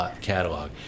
catalog